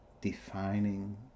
defining